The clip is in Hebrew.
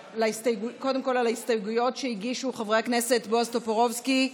קודם כול על ההסתייגויות שהגישו חברי הכנסת בועז טופורובסקי,